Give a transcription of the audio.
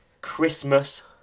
Christmas